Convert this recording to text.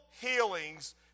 healings